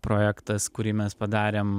projektas kurį mes padarėm